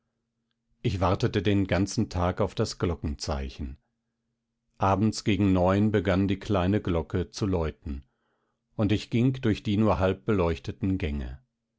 ich wartete den ganzen tag auf das glockenzeichen abends gegen neun begann die kleine glocke zu läuten und ich ging durch die nur halb beleuchteten gänge